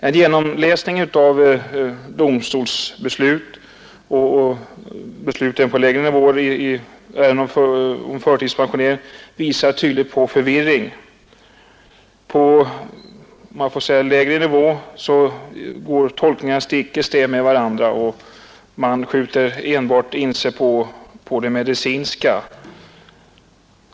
En genomläsning av domstolens beslut och även beslut på lägre nivå i ärenden om förtidspensionering visar emellertid tydligt på förvirring. På lägre nivå går tolkningarna stick i stäv mot varandra, och man skjuter enbart in sig på de medicinska skälen.